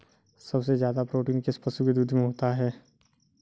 सबसे ज्यादा प्रोटीन किस पशु के दूध में होता है?